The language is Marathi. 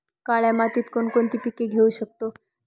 काळ्या मातीत कोणकोणती पिके घेऊ शकतो?